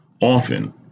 Often